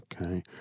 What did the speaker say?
Okay